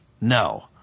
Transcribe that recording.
No